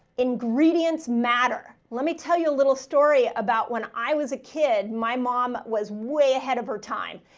ingredients matter. let me tell you a little story about when i was a kid, my mom was way ahead of her time.